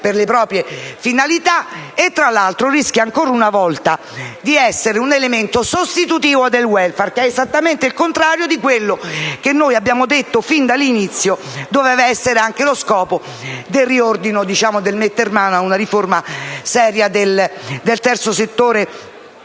per le proprie finalità e, tra l'altro, rischia ancora una volta di essere un elemento sostitutivo del *welfare*; esattamente il contrario di quello che, come abbiamo detto fin dall'inizio, doveva essere lo scopo del riordino e di una riforma seria del terzo settore.